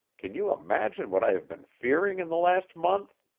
can you imagine what i have been fearing in the last month?